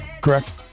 correct